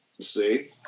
See